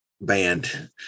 band